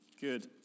Good